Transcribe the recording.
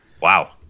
Wow